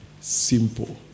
Simple